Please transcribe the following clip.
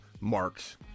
Marks